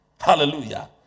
Hallelujah